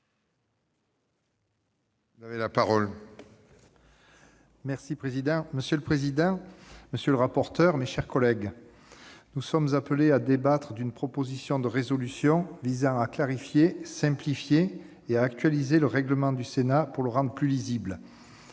groupes. La parole est à M. Bernard Buis. Monsieur le président, mes chers collègues, nous sommes appelés à débattre d'une proposition de résolution visant à clarifier, à simplifier et à actualiser le règlement du Sénat pour le rendre plus lisible.